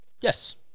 Yes